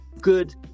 good